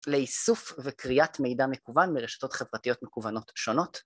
לאיסוף וקריאת מידע מקוון מרשתות חברתיות מקוונות שונות